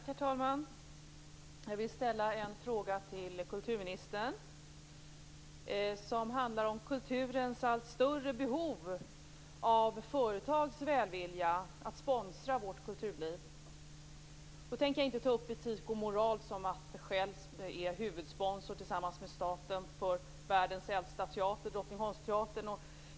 Herr talman! Jag vill ställa en fråga till kulturministern som handlar om kulturens allt större behov av företags välvilja att sponsra vårt kulturliv. Jag tänker inte ta upp tid med etik och moral i att Shell är huvudsponsor tillsammans med staten för vår äldsta teater, Drottningholmsteatern.